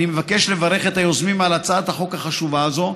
אני מבקש לברך את היוזמים על הצעת החוק החשובה הזאת,